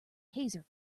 taser